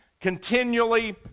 continually